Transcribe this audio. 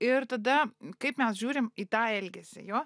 ir tada kaip mes žiūrim į tą elgesį jo